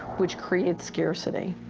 which creates scarcity,